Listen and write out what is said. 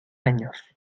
años